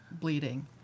bleeding